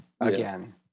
again